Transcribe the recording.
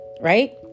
right